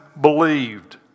believed